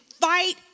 Fight